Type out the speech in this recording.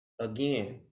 again